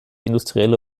industrielle